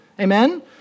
Amen